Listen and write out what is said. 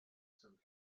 some